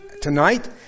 tonight